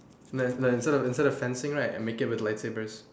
then then instead of instead of fencing right make it with light sabers